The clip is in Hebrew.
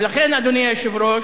ולכן, אדוני היושב-ראש,